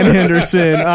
Henderson